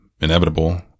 inevitable